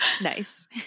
Nice